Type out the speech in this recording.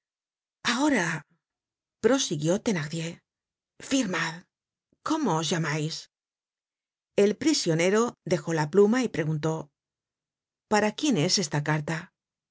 ahora prosiguió thenardier firmad cómo os llamais el prisionero dejó la pluma y preguntó para quién es esta carta